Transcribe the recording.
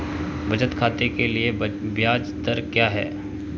बचत खाते के लिए ब्याज दर क्या है?